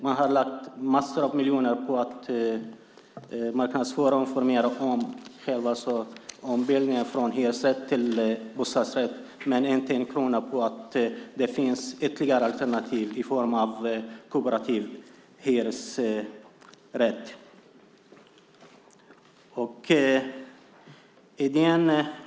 Man har lagt massor av miljoner på att marknadsföra och informera om ombildningen från hyresrätt till bostadsrätt, men man har inte lagt en krona på att det finns ytterligare alternativ i form av kooperativ hyresrätt.